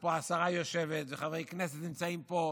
ופה השרה יושבת וחברי כנסת נמצאים פה.